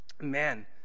Man